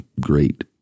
great